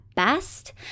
Best